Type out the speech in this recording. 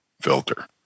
filter